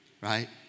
right